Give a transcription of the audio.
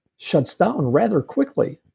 shuts down rather quickly.